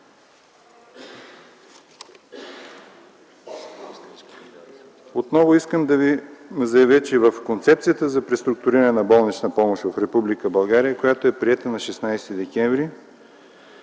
Отново искам да Ви заявя, че в Концепцията за преструктуриране на болничната помощ в Република България, която е приета на 16 декември,